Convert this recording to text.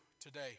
Today